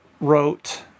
wrote